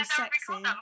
sexy